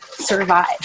survive